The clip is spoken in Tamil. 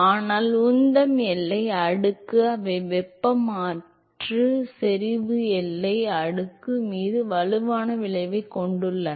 ஆனால் உந்தம் எல்லை அடுக்கு அவை வெப்ப மற்றும் செறிவு எல்லை அடுக்கு மீது வலுவான விளைவைக் கொண்டுள்ளன